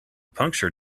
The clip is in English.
puncture